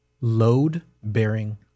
load-bearing